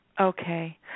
okay